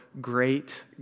great